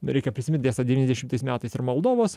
reikia prisimint tiesa irą devyniasdešimtais metais ir moldovos